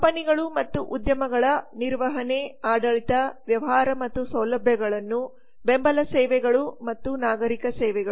ಕಂಪನಿಗಳು ಮತ್ತು ಉದ್ಯಮಗಳ ನಿರ್ವಹಣೆ ಆಡಳಿತ ವ್ಯವಹಾರ ಮತ್ತು ಸೌಲಭ್ಯಗಳನ್ನು ಬೆಂಬಲ ಸೇವೆಗಳು ಮತ್ತು ನಾಗರಿಕ ಸೇವೆಗಳು